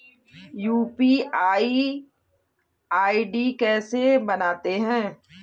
UPI ID कैसे बनाते हैं?